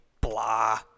blah